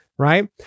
Right